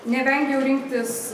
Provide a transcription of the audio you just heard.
nevengiau rinktis